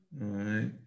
right